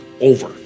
over